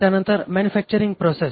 त्यानंतर manufacturing process